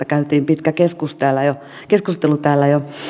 käytiin pitkä keskustelu täällä jo